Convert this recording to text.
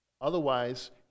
Otherwise